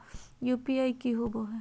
UPI की होबो है?